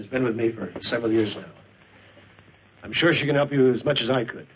has been with me for several years and i'm sure she can help you as much as i could